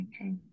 okay